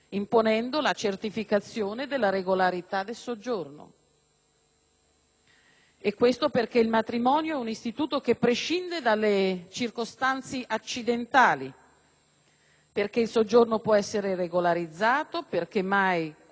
Questo perché il matrimonio è un istituto che prescinde dalle circostanze accidentali, perché il soggiorno può essere regolarizzato, perché mai esso è stato una condizione per la formazione di una famiglia.